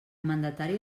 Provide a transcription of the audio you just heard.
mandatari